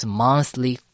monthly